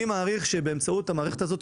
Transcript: אני מעריך שבאמצעות המערכת הזאת,